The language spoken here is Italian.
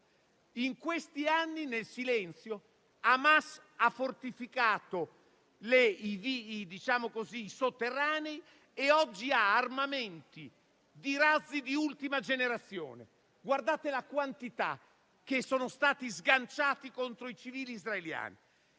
in questi anni, nel silenzio, Hamas ha fortificato i sotterranei e oggi ha armamenti di razzi di ultima generazione. Guardate la quantità di razzi sganciati contro i civili israeliani.